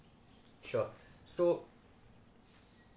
sure so